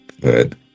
Good